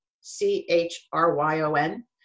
C-H-R-Y-O-N